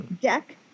deck